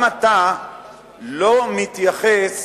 גם אתה לא מתייחס